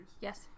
Yes